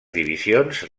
divisions